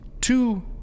Two